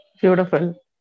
Beautiful